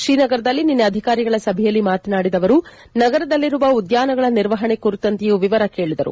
ಶ್ರೀನಗರದಲ್ಲಿ ನಿನ್ನೆ ಅಧಿಕಾರಿಗಳ ಸಭೆಯಲ್ಲಿ ಮಾತನಾಡಿದ ಅವರು ನಗರದಲ್ಲಿರುವ ಉದ್ದಾನಗಳ ನಿರ್ವಹಣೆ ಕುರಿತಂತೆಯೂ ವಿವರ ಕೇಳಿದರು